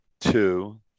two